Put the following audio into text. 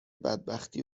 بدبختی